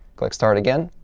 click start again,